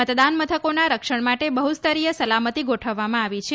મતદાન મથકોના રક્ષણ માટે બહુસ્તરીય સલામતી ગોઠવવામાં આવી છે